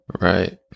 Right